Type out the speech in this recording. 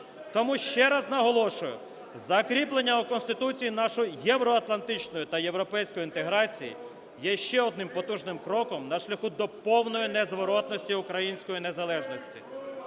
Тому ще раз наголошую, закріплення у Конституції нашої євроатлантичної та європейської інтеграції є ще одним потужним кроком на шляху до повної незворотності української незалежності.